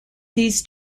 these